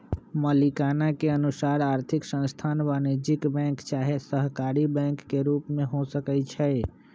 मलिकाना के अनुसार आर्थिक संस्थान वाणिज्यिक बैंक चाहे सहकारी बैंक के रूप में हो सकइ छै